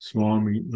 Swami